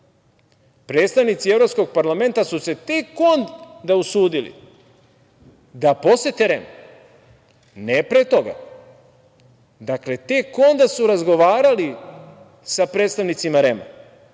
predstavnici Evropskog parlamenta su se tek onda usudili da posete REM, ne pre toga. Dakle, tek onda su razgovarali sa predstavnicima REM.